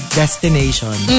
destination